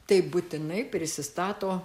taip būtinai prisistato